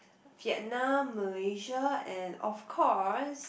Vietnam Malaysia and of course